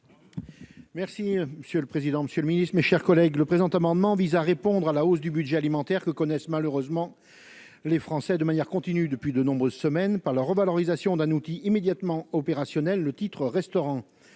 Merci monsieur le président, Monsieur le Ministre, mes chers collègues, le présent amendement vise à répondre à la hausse du budget alimentaire que connaissent malheureusement les Français de manière continue depuis de nombreuses semaines par leur revalorisation d'un outil immédiatement opérationnel le titre-restaurant